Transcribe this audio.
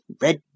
red